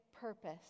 purpose